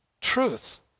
truth